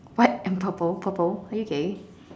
what I'm purple purple are you gay